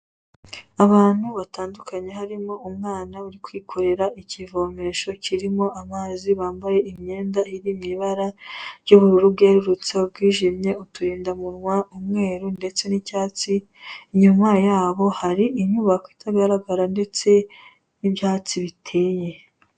Abantu batandukanye, harimo umwana uri kwikorera ikivomesho kirimo amazi wambaye imyenda iri mu ibara ry'ubururu bwerurutse nubwijimye, uturindamunwa, umweru ndetse n'icyatsi, inyuma yaho hari inyubako itagaragara ndetse n'ibyatsi biteye.